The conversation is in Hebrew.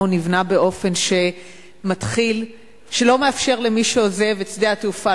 הוא נבנה באופן שלא מאפשר למי שעוזב את שדה התעופה